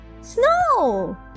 Snow